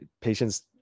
patients